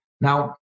Now